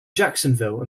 jacksonville